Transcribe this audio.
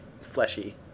fleshy